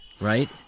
Right